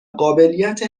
قابلیت